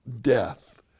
death